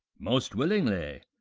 most willingly.